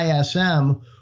ISM